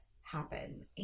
happen